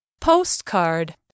postcard